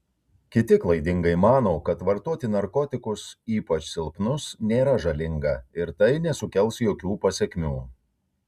kiti klaidingai mano kad vartoti narkotikus ypač silpnus nėra žalinga ir tai nesukels jokių pasekmių